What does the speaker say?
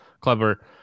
Clever